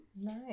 Nice